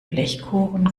blechkuchen